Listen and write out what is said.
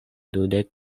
dudek